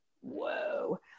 whoa